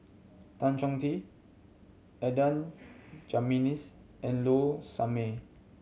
Tan Chong Tee Adan Jimenez and Low Sanmay